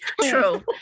true